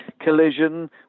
collision